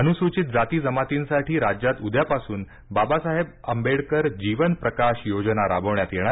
अनुसूचित जाती जमातींसाठी राज्यात उद्यापासून बाबासाहेब आंबेडकर जीवन प्रकाश योजना राबविण्यात येणार